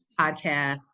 podcast